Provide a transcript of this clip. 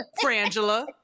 frangela